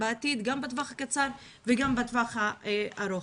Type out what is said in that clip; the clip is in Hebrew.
גם בטווח הקצר וגם בטווח הארוך.